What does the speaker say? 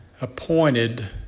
appointed